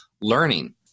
learning